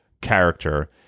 character